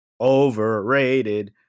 Overrated